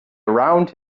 around